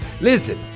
Listen